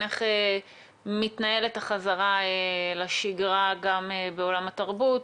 איך מתנהלת החזרה לשגרה גם בעולם התרבות.